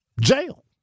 Jail